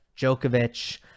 Djokovic